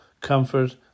comfort